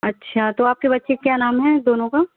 اچھا تو آپ کے بچے کیا نام ہے دونوں کا